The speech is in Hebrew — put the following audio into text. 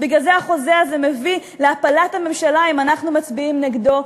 בגלל זה החוזה הזה מביא להפלת הממשלה אם אנחנו מצביעים נגדו,